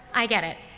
i get it.